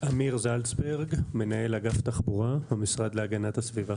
אמיר זלצברג, מנהל אגף תחבורה במשרד להגנת הסביבה.